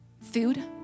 food